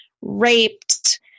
raped